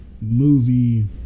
Movie